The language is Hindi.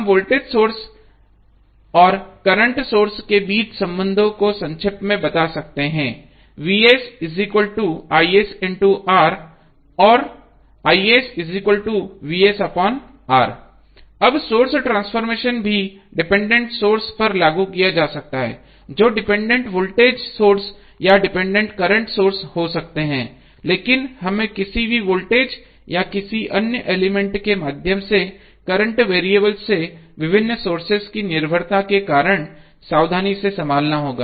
हम वोल्टेज सोर्स ेस और करंट सोर्स के बीच संबंधों को संक्षेप में बता सकते हैं or अब सोर्स ट्रांसफॉर्मेशन भी डिपेंडेंट सोर्सेस पर लागू किया जा सकता है जो डिपेंडेंट वोल्टेज सोर्स या डिपेंडेंट करंट सोर्स हो सकते हैं लेकिन हमें किसी भी वोल्टेज या किसी अन्य एलिमेंट के माध्यम से करंट वेरिएबल से विभिन्न सोर्सेस की निर्भरता के कारण सावधानी से संभालना होगा